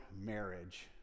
marriage